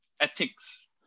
ethics